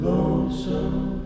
Lonesome